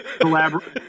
collaborate